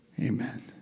Amen